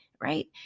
right